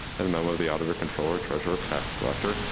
and a memo of the auditor, controller, treasurer, tax collector,